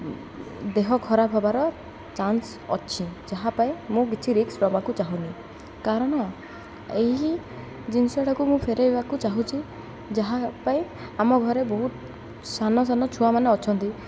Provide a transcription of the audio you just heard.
ଦେହ ଖରାପ ହବାର ଚାନ୍ସ ଅଛି ଯାହା ପାଇଁ ମୁଁ କିଛି ରିସ୍କ୍ ନବାକୁ ଚାହୁଁନି କାରଣ ଏହି ଜିନିଷଟାକୁ ମୁଁ ଫେରେଇବାକୁ ଚାହୁଁଛି ଯାହା ପାଇଁ ଆମ ଘରେ ବହୁତ ସାନ ସାନ ଛୁଆମାନେ ଅଛନ୍ତି